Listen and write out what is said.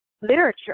literature